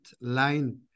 line